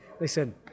listen